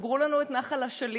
סגרו לנו את נחל אשלים,